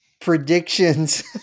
Predictions